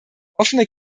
offene